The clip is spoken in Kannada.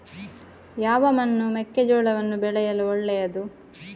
ಯಾವ ಮಣ್ಣು ಮೆಕ್ಕೆಜೋಳವನ್ನು ಬೆಳೆಯಲು ಒಳ್ಳೆಯದು?